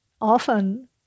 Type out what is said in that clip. often